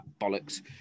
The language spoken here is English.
bollocks